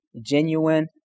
genuine